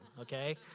okay